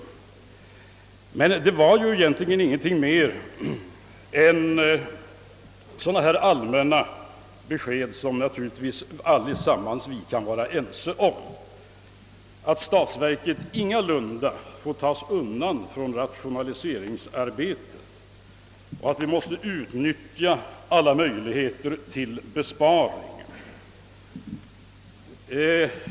Men vad herr Hedlund sade var egentligen ingenting mer än sådana allmänna besked som vi alla kan vara ense om, att statsverket inte får undantagas i rationaliseringsarbetet och att vi måste utnyttja alla möjligheter att göra besparingar.